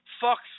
Fuck's